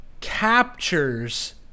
captures